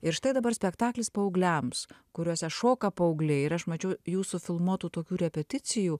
ir štai dabar spektaklis paaugliams kuriuose šoka paaugliai ir aš mačiau jūsų filmuotų tokių repeticijų